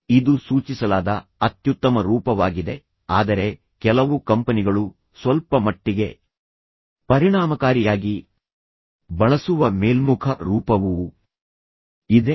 ಇದು ಸೂಚಿಸಲಾದ ಅತ್ಯುತ್ತಮ ರೂಪವಾಗಿದೆ ಆದರೆ ಕೆಲವು ಕಂಪನಿಗಳು ಸ್ವಲ್ಪ ಮಟ್ಟಿಗೆ ಪರಿಣಾಮಕಾರಿಯಾಗಿ ಬಳಸುವ ಮೇಲ್ಮುಖ ರೂಪವೂ ಇದೆ